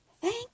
Thank